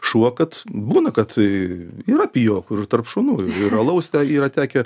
šuo kad būna kad tai yra pijokų tarp šunų ir alaus te yra tekę